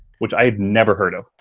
which i have never heard of.